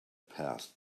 passed